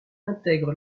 intègre